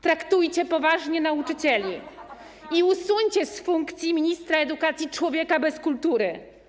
Traktujcie poważnie nauczycieli i usuńcie z funkcji ministra edukacji człowieka bez kultury.